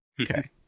Okay